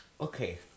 okay